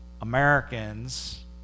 Americans